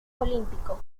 olímpico